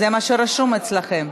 זה מה שרשום אצלכם.